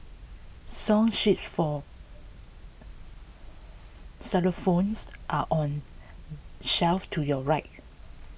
song sheets for xylophones are on shelf to your right